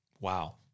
Wow